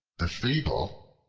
the fable,